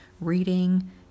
reading